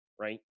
Right